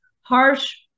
harsh